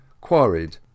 quarried